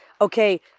okay